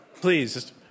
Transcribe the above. Please